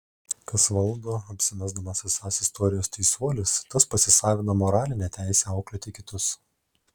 kas valdo apsimesdamas esąs istorijos teisuolis tas pasisavina moralinę teisę auklėti kitus